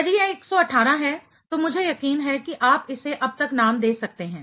यदि यह 118 है तो मुझे यकीन है कि आप इसे अब तक नाम दे सकते हैं